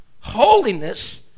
holiness